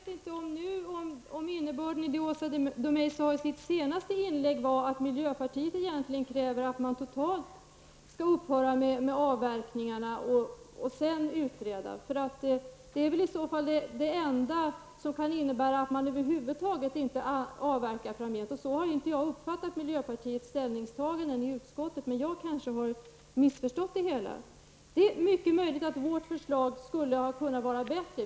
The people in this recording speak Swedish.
Fru talman! Jag vet inte om innebörden i det som Åsa Domeij sade i sitt senaste inlägg var att miljöpartiet egentligen kräver att man helt skall upphöra med avverkningarna och sedan utreda. Det är väl i så fall det enda som kan innebära att man över huvud taget inte avverkar framgent. Jag har inte uppfattat miljöpartiets ställningstagande i utskottet på det sättet. Men jag kanske har missförstått det hela. Det är mycket möjligt att vårt förslag hade kunnat vara bättre.